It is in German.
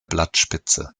blattspitze